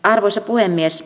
arvoisa puhemies